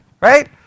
right